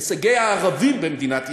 הישגי הערבים במדינת ישראל.